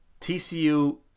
TCU